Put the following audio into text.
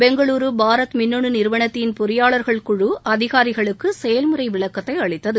பெங்களுரு பாரத் மின்னு நிறுவனத்தின் பொறியாளர்கள் குழு அதிகாரிகளுக்கு செயல்முறை விளக்கத்தை அளித்தது